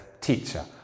Teacher